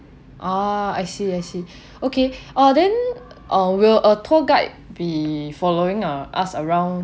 ah I see I see okay uh then uh will a tour guide be following uh us around